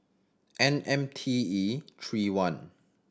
N M T E three one